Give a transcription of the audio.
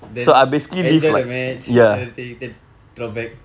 then enjoy the match then everything then drop back